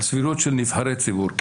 כן, על סבירות של נבחרי ציבור.